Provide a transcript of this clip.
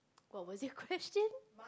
what was your question